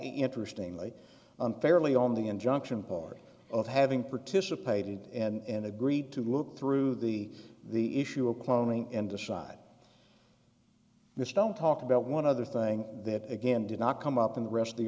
interestingly unfairly on the injunction part of having participated and agreed to look through the the issue of cloning and decide this don't talk about one other thing that again did not come up in the rest of the